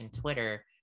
Twitter